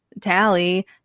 Tally